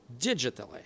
digitally